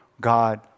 God